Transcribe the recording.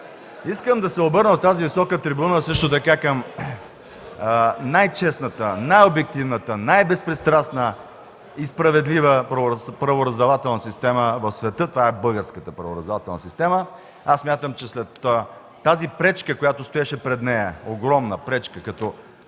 така да се обърна от тази висока трибуна към най-честната, най-обективната, най-безпристрастната и справедлива правораздавателна система в света, това е българската правораздавателна система! Смятам, че след тази пречка, която стоеше пред нея, огромна пречка като